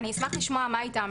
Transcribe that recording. אני אשמח לשמוע מה איתן.